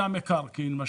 למי מה